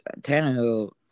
Tannehill